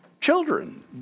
children